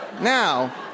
Now